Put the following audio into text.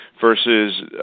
versus